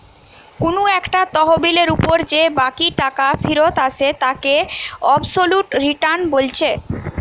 কুনু একটা তহবিলের উপর যে বাকি টাকা ফিরত আসে তাকে অবসোলুট রিটার্ন বলছে